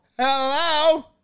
Hello